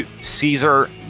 Caesar